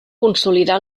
consolidar